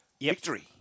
Victory